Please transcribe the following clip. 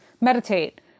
meditate